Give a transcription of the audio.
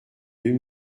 deux